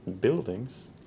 Buildings